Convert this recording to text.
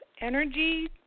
energy